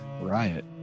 riot